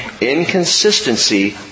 inconsistency